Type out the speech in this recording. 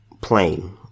plain